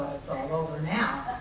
it's all over now.